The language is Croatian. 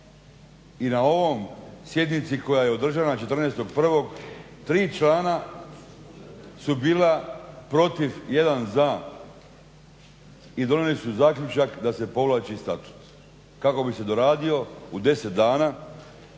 I na ovoj sjednici koja je održana 14.1. tri člana su bila protiv, jedan za i donijeli su zaključak da se povlači Statut kako bi se doradio u 10 dana